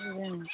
অঁ